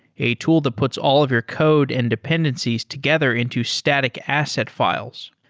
a tool that puts all of your code and dependencies together into static asset files.